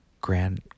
Grand